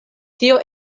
tio